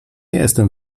jestem